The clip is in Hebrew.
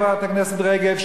חברת הכנסת רגב,